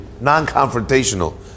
non-confrontational